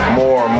more